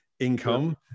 income